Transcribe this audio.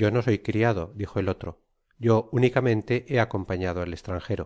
yo no soy criado dijo el otro yo únicamente he acompañado al estranjero